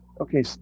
okay